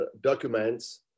documents